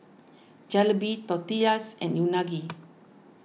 Jalebi Tortillas and Unagi